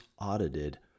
audited